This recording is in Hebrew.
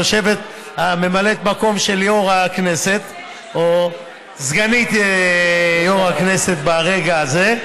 ממלאת מקום יו"ר הכנסת או סגנית יו"ר הכנסת ברגע הזה,